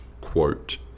quote